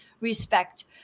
respect